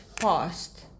past